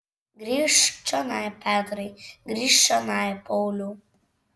grįžk čionai petrai grįžk čionai pauliau